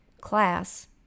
class